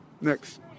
next